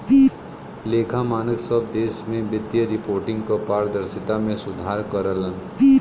लेखा मानक सब देश में वित्तीय रिपोर्टिंग क पारदर्शिता में सुधार करलन